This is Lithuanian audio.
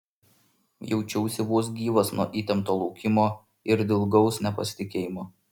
jaučiausi vos gyvas nuo įtempto laukimo ir dilgaus nepasitikėjimo